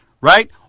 right